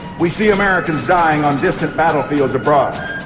we see americans dying on distant battlefields abroad.